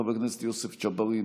חבר הכנסת יוסף ג'בארין,